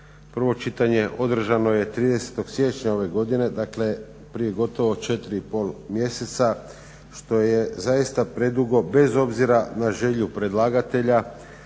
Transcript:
Prvo čitanje je održano 30. siječnja ove godine, dakle prije gotovo 4,5 mjeseca što je zaista predugo bez obzira na želju predlagatelja